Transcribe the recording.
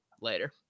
Later